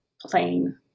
plain